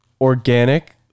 Organic